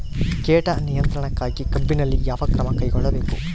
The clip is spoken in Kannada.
ಕೇಟ ನಿಯಂತ್ರಣಕ್ಕಾಗಿ ಕಬ್ಬಿನಲ್ಲಿ ಯಾವ ಕ್ರಮ ಕೈಗೊಳ್ಳಬೇಕು?